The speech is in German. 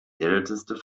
älteste